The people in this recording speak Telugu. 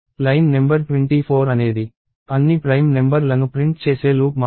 లైన్ నెంబర్ 24 అనేది అన్ని ప్రైమ్ నెంబర్ లను ప్రింట్ చేసే లూప్ మాత్రమే